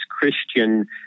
Christian